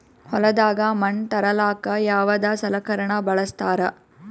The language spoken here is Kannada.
ಹೊಲದಾಗ ಮಣ್ ತರಲಾಕ ಯಾವದ ಸಲಕರಣ ಬಳಸತಾರ?